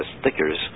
stickers